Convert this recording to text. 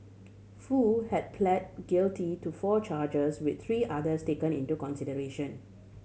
Foo had plead guilty to four charges with three others taken into consideration